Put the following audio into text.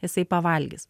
jisai pavalgys